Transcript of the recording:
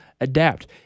adapt